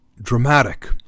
dramatic